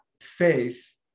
faith